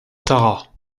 tara